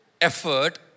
effort